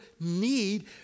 need